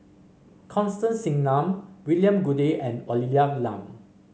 Constance Singam William Goode and Olivia Lum